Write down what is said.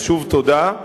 אז שוב, תודה.